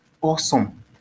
awesome